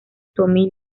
tommy